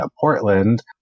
Portland